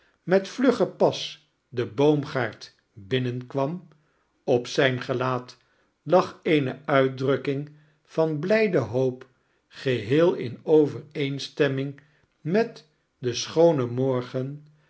met vluggen pas den boomgaard binnenkwam op zijn gelaat lag eene mtdrukking van blijde hoop geheel in overeenstemming met den schoonen margen